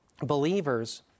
believers